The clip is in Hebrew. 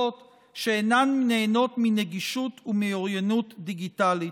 שאינן נהנות מנגישות ומאוריינות דיגיטלית.